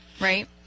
Right